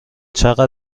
چقدر